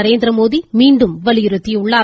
நரேந்திரமோடி மீண்டும் வலியுறுத்தியுள்ளார்